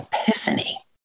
epiphany